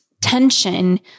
tension